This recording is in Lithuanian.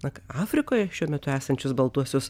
na ką afrikoje šiuo metu esančius baltuosius